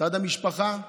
צד המשפחה,